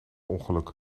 ongeluk